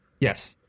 Yes